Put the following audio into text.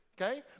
Okay